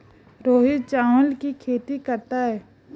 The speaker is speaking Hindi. रोहित चावल की खेती करता है